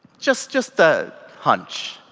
just just a hunch.